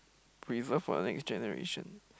preserve for the next generation